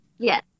Yes